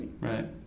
right